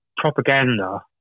Propaganda